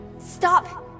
Stop